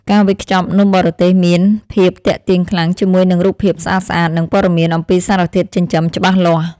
ការវេចខ្ចប់នំបរទេសមានភាពទាក់ទាញខ្លាំងជាមួយនឹងរូបភាពស្អាតៗនិងព័ត៌មានអំពីសារធាតុចិញ្ចឹមច្បាស់លាស់។